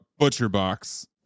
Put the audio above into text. ButcherBox